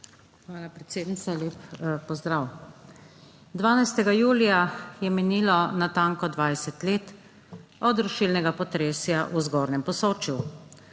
Hvala, predsednica. Lep pozdrav! 12. julija je minilo natanko 20 let od rušilnega potresa v Zgornjem Posočju,